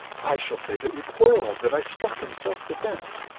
i shall say that we quarreled that i struck in self-defense.